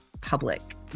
public